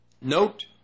note